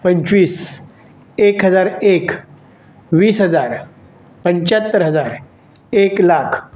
पंचवीस एक हजार एक वीस हजार पंच्याहत्तर हजार एक लाख